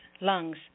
lungs